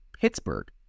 Pittsburgh